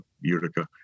Utica